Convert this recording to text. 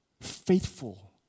faithful